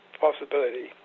possibility